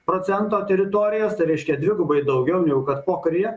procento teritorijos tai reiškia dvigubai daugiau negu pokaryje